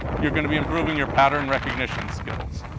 you're going to be improving your pattern recognition skills.